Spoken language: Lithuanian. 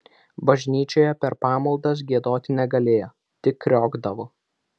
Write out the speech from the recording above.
bažnyčioje per pamaldas giedoti negalėjo tik kriokdavo